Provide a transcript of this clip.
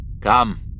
Come